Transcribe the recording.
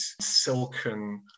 silken